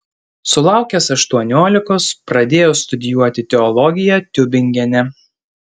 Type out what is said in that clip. sulaukęs aštuoniolikos pradėjo studijuoti teologiją tiubingene